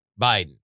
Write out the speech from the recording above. Biden